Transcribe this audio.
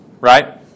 right